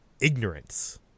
ignorance